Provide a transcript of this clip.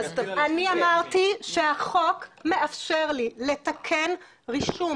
אני אמרתי שהחוק מאפשר לי לתקן רישום